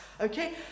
okay